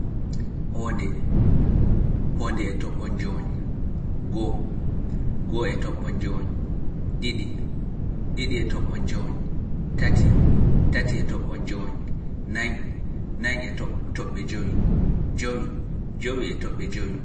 Hownde(zero), hownde e tobbe jowi(zero point five), go'o(one), go'o e tbbe jowi(one point five), didi(two), didi e tobbe(two point five), Tati(three), tati e tobbe jowi(three point five), four....